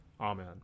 Amen